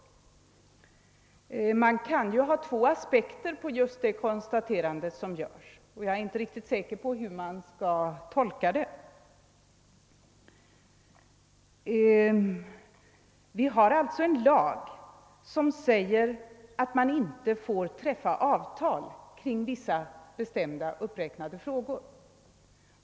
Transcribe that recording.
Det kan ju finnas två aspekter på detta konstaterande, och jag är inte riktigt säker beträffande tolkningen. Vi har alltså en lag som säger, att man inte får träffa avtal om vissa bestämda, uppräknade frågor.